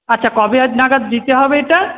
আচ্ছা কবে নাগাদ দিতে হবে এটা